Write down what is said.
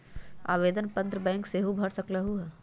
आवेदन पत्र बैंक सेहु भर सकलु ह?